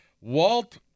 walt